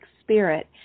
spirit